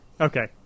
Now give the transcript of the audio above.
Okay